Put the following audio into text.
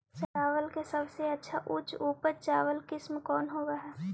चावल के सबसे अच्छा उच्च उपज चावल किस्म कौन होव हई?